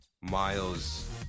Miles